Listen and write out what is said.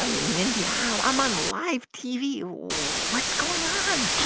ah mindy, um i'm on live tv. what's going on?